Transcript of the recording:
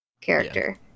character